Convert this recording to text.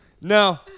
No